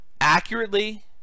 accurately